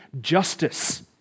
justice